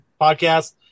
podcast